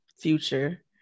Future